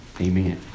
Amen